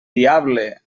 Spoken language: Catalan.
diable